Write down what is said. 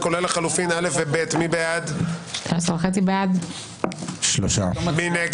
רביזיה על לחלופין א, ב, ג ו-ד של 54. מי בעד?